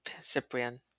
Cyprian